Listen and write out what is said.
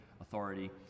authority